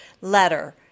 letter